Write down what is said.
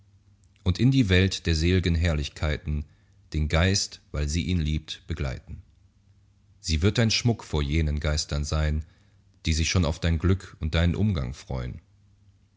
und in die welt der selgen herrlichkeiten den geist weil sie ihn liebt begleiten sie wird dein schmuck vor jenen geistern sein die sich schon auf dein glück und deinen umgang freun